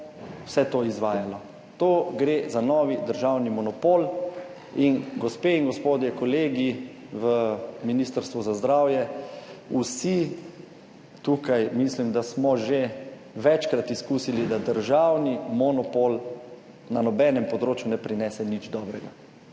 vse to izvajalo. To gre za novi državni monopol. In gospe in gospodje, kolegi v Ministrstvu za zdravje, vsi tukaj mislim, da smo že večkrat izkusili, da državni monopol na nobenem področju ne prinese nič dobrega,